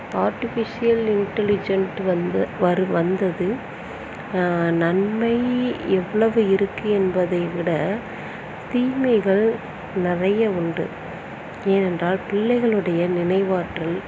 artificial intelligent வந்து வரு வந்தது நன்மை எவ்வளவு இருக்குது என்பதை விட தீமைகள் நிறைய உண்டு ஏனென்றால் பிள்ளைகளுடைய நினைவாற்றல்